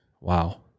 wow